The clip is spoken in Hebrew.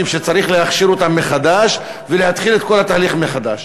שצריך להכשיר אותם ולהתחיל את כל התהליך מחדש.